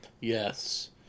Yes